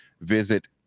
Visit